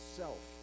self